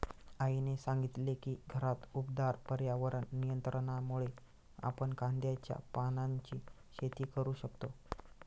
आईने सांगितले की घरात उबदार पर्यावरण नियंत्रणामुळे आपण कांद्याच्या पानांची शेती करू शकतो